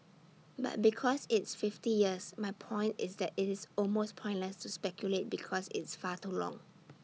but because it's fifty years my point is that IT is almost pointless to speculate because it's far too long